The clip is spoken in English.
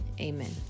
Amen